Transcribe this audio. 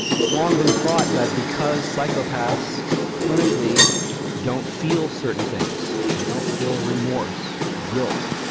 it's long been thought that because psychopaths clinically don't feel certain things, they don't feel remorse, guilt,